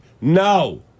No